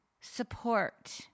support